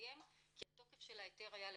הסתיים כי התוקף של ההיתר היה לשנה.